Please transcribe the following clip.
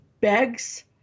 begs